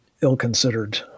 ill-considered